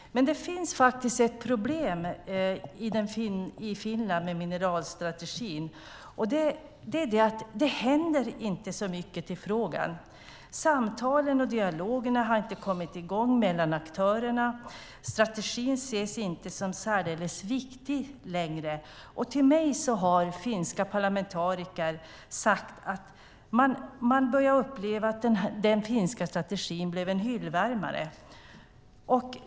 Men det finns ett problem i Finland med mineralstrategin, och det är det att det inte händer så mycket i frågan. Samtalen och dialogerna mellan aktörerna har inte kommit i gång. Strategin ses inte längre som särdeles viktig, och till mig har finska parlamentariker sagt att man börjar uppleva att den finska strategin blev en hyllvärmare.